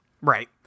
Right